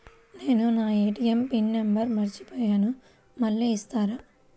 నేను నా ATM pin number మర్చిపోయాను మళ్ళీ ఇస్తారా?